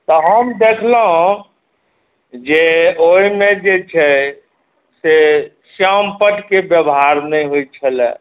तऽ हम देखलहुँ जे ओहिमे जे छै से श्यामपट्टके व्यवहार नहि होइ छल